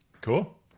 cool